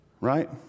right